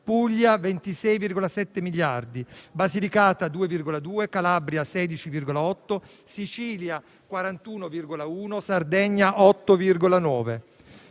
Puglia 26,7, Basilicata 2,2, Calabria 16,8, Sicilia 41,1, Sardegna 8,9.